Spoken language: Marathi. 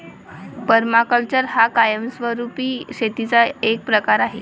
पर्माकल्चर हा कायमस्वरूपी शेतीचा एक प्रकार आहे